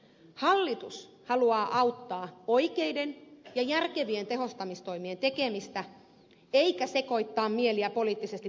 hallitus haluaa auttaa oikeiden ja järkevien tehostamistoimien tekemistä eikä sekoittaa mieliä poliittisesti tarkoituksenhakuisella kosiskelulla